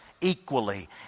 equally